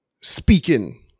speaking